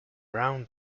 round